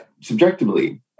subjectively